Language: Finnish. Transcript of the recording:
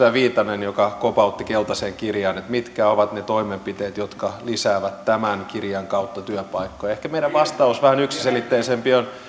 kiteytti edustaja viitanen joka kopautti keltaiseen kirjaan mitkä ovat ne toimenpiteet jotka lisäävät tämän kirjan kautta työpaikkoja meidän vastauksemme ehkä vähän yksiselitteisempi on